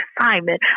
assignment